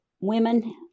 women